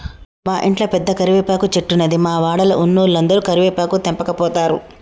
మా ఇంట్ల పెద్ద కరివేపాకు చెట్టున్నది, మా వాడల ఉన్నోలందరు కరివేపాకు తెంపకపోతారు